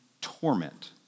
torment